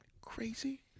crazy